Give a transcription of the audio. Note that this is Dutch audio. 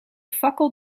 fakkel